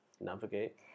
navigate